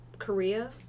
Korea